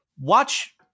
watch